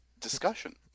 discussion